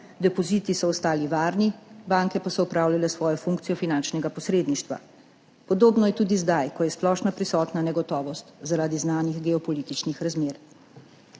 depoziti so ostali varni, banke pa so opravljale svojo funkcijo finančnega posredništva. Podobno je tudi zdaj, ko je splošno prisotna negotovost zaradi znanih geopolitičnih razmer.